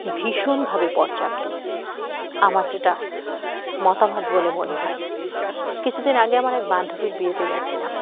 ভীষণভাবে পর্যাপ্ত আমার যেটা মতামত বলে মনে হয় কিছুদিন আগে আমার এক বান্ধবীর বিয়েতে গিয়েছিলাম